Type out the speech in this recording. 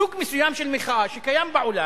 סוג מסוים של מחאה שקיים בעולם,